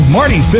Marty